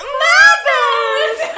mothers